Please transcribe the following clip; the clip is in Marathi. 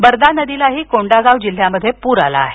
बर्दा नदीलाही कोंडागाव जिल्हयात पूर आला आहे